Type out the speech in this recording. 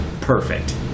perfect